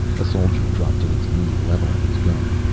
a soldier dropped to his knee, leveling his gun.